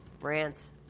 Rants